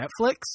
Netflix